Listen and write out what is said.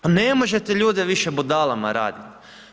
A ne možete ljude više budalama raditi.